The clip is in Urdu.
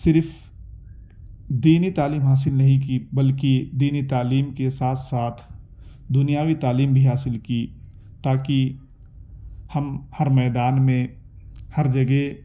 صرف دینی تعلیم حاصل نہیں کی بلکہ دینی تعلیم کے ساتھ ساتھ دنیاوی تعلیم بھی حاصل کی تاکہ ہم ہر میدان میں ہر جگہ